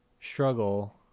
struggle